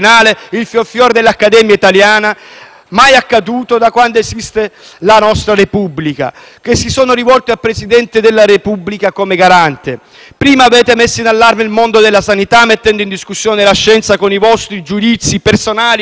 mai accaduta da quando esiste la nostra Repubblica - che si sono rivolti al presidente Mattarella come garante. Avete messo in allarme prima il mondo della sanità, mettendo in discussione la scienza con i vostri giudizi personali rispetto ai vaccini; adesso il mondo